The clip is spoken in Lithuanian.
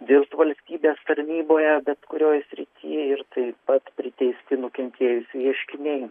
dirbt valstybės tarnyboje bet kurioj srity ir taip pat priteisti nukentėjusiųjų ieškiniai